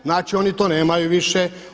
Znači oni to nemaju više.